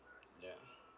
ya